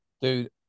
dude